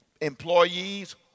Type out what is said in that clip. employees